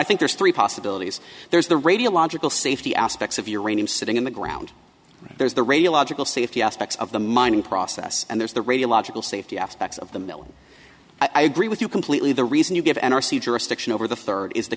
i think there's three possibilities there's the radiological safety aspects of uranium sitting in the ground there's the radiological safety aspects of the mining process and there's the radiological safety aspects of the mill i agree with you completely the reason you give n r c jurisdiction over the third is the